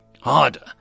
Harder